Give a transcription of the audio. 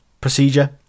procedure